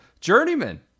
journeyman